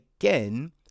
again